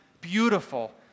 beautiful